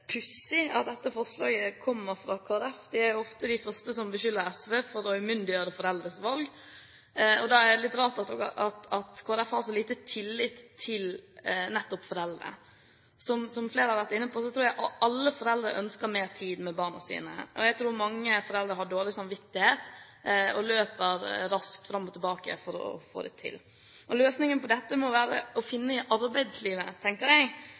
pussig at dette forslaget kommer fra Kristelig Folkeparti. De er ofte de første som beskylder SV for å umyndiggjøre foreldres valg. Da er det litt rart at Kristelig Folkeparti har så lite tillit til nettopp foreldre. Som flere har vært inne på, tror jeg at alle foreldre ønsker mer tid med barna sine. Jeg tror mange foreldre har dårlig samvittighet, og løper raskt fram og tilbake for å få alt til. Løsningen på dette må være å finne i arbeidslivet, tenker jeg.